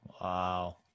Wow